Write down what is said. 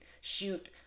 shoot